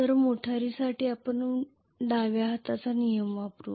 तर मोटारसाठी आपण डाव्या हाताचा नियम वापरू